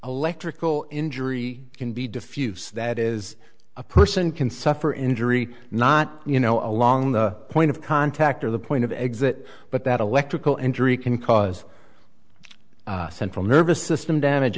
electrical injury can be diffuse that is a person can suffer injury not you know along the point of contact or the point of exit but that electrical injury can cause central nervous system damage